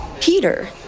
Peter